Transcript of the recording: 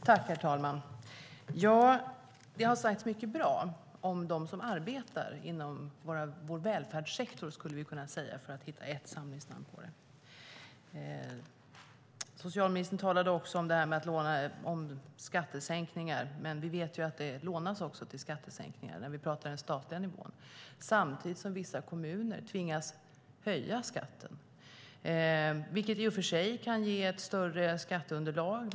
Herr talman! Det har sagts mycket bra om dem som arbetar inom vår välfärdssektor, som vi skulle kunna kalla det för att hitta ett samlingsnamn på det. Socialministern talade om skattesänkningar. Vi vet att det också lånas till skattesänkningar när vi talar om den statliga nivån samtidigt som vissa kommuner tvingas höja skatten. Det kan i och för sig ge ett större skatteunderlag.